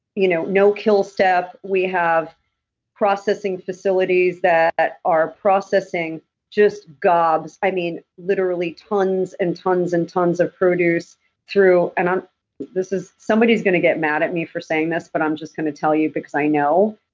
you know no kill step, we have processing facilities that are processing just gobs, i mean literally tons and tons and tons of produce through. and, this is, somebody's going to get mad at me for saying this, but i'm just going to tell you because i know.